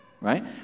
right